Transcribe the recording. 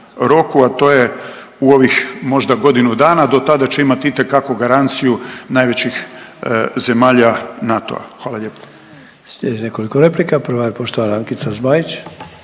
roku, a to je u ovih možda godinu dana. Dotada će imati itekako garanciju najvećih zemalja NATO-a. Hvala lijepa.